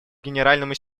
генеральному